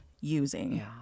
using